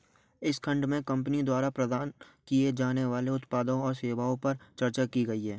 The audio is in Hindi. इस खंड में कंपनी द्वारा प्रदान किए जाने वाले उत्पादों और सेवाओं पर चर्चा की गई है